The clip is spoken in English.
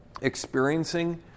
experiencing